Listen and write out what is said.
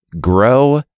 grow